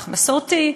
אח מסורתי,